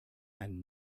and